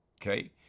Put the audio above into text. Okay